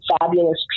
fabulous